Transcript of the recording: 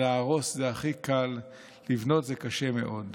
להרוס זה הכי קל, לבנות זה קשה מאוד.